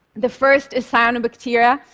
the first is cyanobacteria.